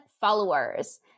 followers